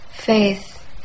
Faith